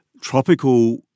tropical